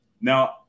Now